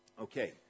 Okay